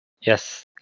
Yes